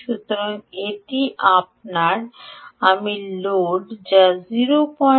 সুতরাং এটি আপনার আমি লোড যা 08 amps